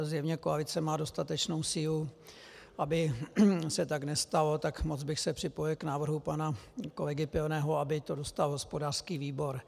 Zjevně koalice má dostatečnou sílu, aby se tak nestalo, tak moc bych se připojil k návrhu pana kolegy Pilného, aby to dostal hospodářský výbor.